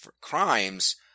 crimes